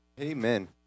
Amen